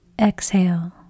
exhale